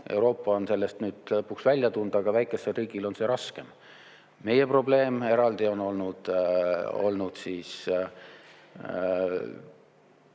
Euroopa on sellest nüüd lõpuks välja tulnud, aga väikesel riigil on raskem. Meie probleem eraldi on olnud väga